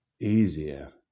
easier